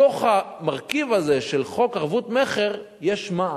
בתוך המרכיב הזה של ערבות חוק מכר, יש מע"מ.